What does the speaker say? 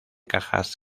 cajas